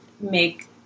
make